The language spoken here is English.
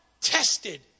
tested